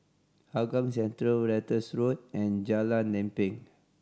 Hougang Central Ratus Road and Jalan Lempeng